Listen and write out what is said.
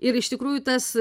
ir iš tikrųjų tas